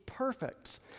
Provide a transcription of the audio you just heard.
Perfect